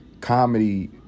comedy